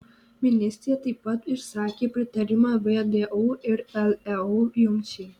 ministrė taip pat išsakė pritarimą vdu ir leu jungčiai